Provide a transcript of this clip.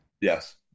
Yes